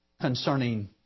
Concerning